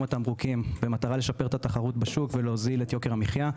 התמרוקים במטרה לשפר את התחרות בשוק ולהוזיל את יוקר המחיה,